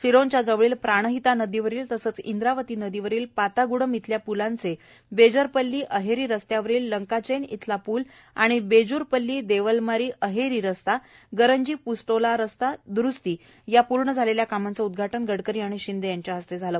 सिरोंचा जवळील प्राणहिता नदीवरील तसंच इंद्रावती नदीवरील पाताग्डम इथल्या पूलांचे बेजरपल्ली अहेरी रस्त्यावरील लंकाचेन इथला पूल आणि बेजूरपल्ली देवलमरी अहेरी रस्ता गरंजी पुस्टोला रस्ता दुरूस्ती या पूर्ण झालेल्या कामांचं उद्घाटन गडकरी आणि शिंदे यांच्या हस्ते झाले